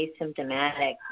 asymptomatic